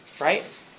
right